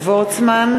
(קוראת בשמות חברי הכנסת)